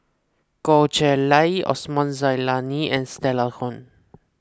Goh Chiew Lye Osman Zailani and Stella Kon